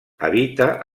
habita